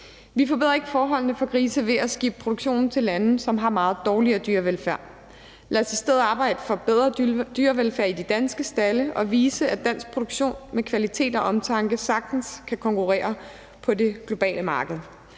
Vi forbedrer ikke forholdene for grisene ved at skibe produktionen til lande, som har meget dårligere dyrevelfærd. Lad os i stedet arbejde for bedre dyrevelfærd i danske stalde og vise, at dansk produktion med kvalitet og omtanke sagtens kan konkurrere på det globale marked.